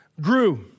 grew